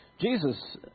Jesus